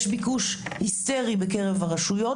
יש ביקוש היסטרי בקרב הרשויות